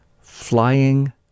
flying